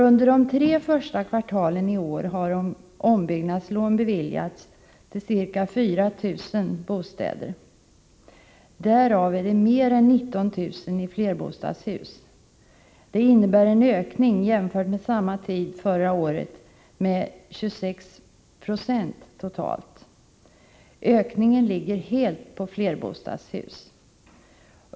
Under de tre första kvartalen i år har ombyggnadslån beviljats till ca 24 000 bostäder, därav mer än 19 000 i flerbostadshus. Det innebär en ökning jämfört med samma tid 1983 med 26 96 totalt. Ökningen ligger helt på flerbostadshus.